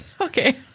Okay